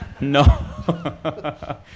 No